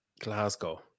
Glasgow